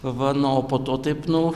va nu o po to taip nu